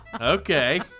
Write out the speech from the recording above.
Okay